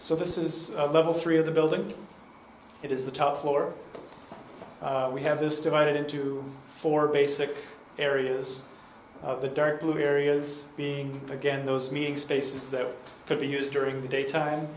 so this is level three of the building it is the top floor we have this is divided into four basic areas of the dark blue areas being again those meeting spaces that could be used during the daytime